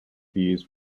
these